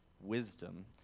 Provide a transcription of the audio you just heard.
wisdom